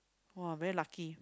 !wah! very lucky